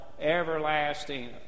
everlasting